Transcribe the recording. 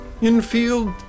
in-field